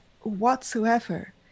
whatsoever